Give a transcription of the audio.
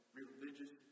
religious